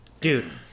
dude